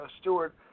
Stewart